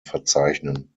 verzeichnen